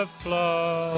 flow